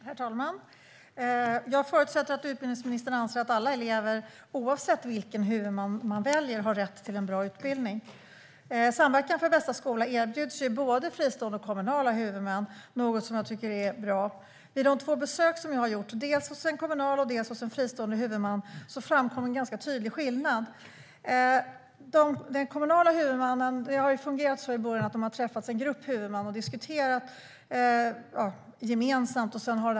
Herr talman! Jag förutsätter att utbildningsministern anser att alla elever, oavsett vilken huvudman de väljer, har rätt till en bra utbildning. Samverkan för bästa skola erbjuds ju både fristående och kommunala huvudmän, något som jag tycker är bra. Men vid de två besök som jag har gjort hos dels en kommunal, dels en fristående huvudman framkom en ganska tydlig skillnad. Hos den kommunala huvudmannen har det i början fungerat så att huvudmän har träffats i grupp och diskuterat gemensamt.